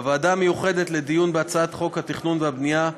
בוועדה המיוחדת לדיון בהצעת חוק התכנון והבנייה (תיקון,